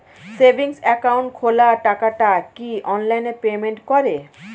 Savings account খোলা টাকাটা কি অনলাইনে পেমেন্ট করে?